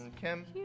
Kim